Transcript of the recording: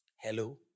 Hello